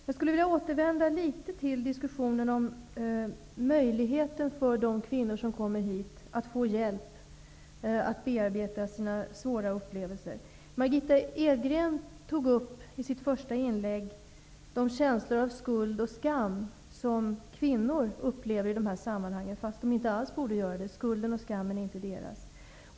Jag vill återvända litet till diskussionen om möjligheten för de kvinnor som kommer hit att få hjälp med att bearbeta sina svåra upplevelser. Margitta Edgren tog i sitt första inlägg upp de känslor av skuld och skam som kvinnor upplever i de här sammanhangen, vilket de inte alls borde göra. Skulden och skammen är inte deras.